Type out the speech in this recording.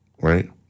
right